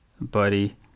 buddy